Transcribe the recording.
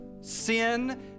sin